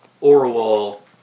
Orwell